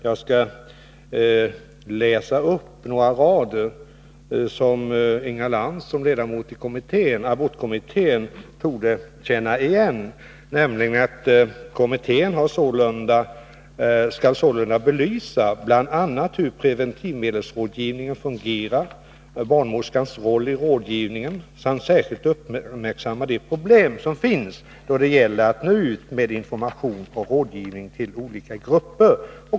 Jag skall läsa upp några rader, som Inga Lantz som ledamot i abortkommittén torde känna igen: ”Kommittén skall sålunda belysa bl.a. hur preventivmedelsrådgivningen fungerar, barnmorskans roll i rådgivningen samt särskilt uppmärksamma de problem som finns då det gäller att nå ut med information och rådgivning till olika grupper.